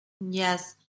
Yes